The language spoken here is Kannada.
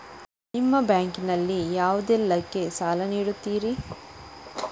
ನಿಮ್ಮ ಬ್ಯಾಂಕ್ ನಲ್ಲಿ ಯಾವುದೇಲ್ಲಕ್ಕೆ ಸಾಲ ನೀಡುತ್ತಿರಿ?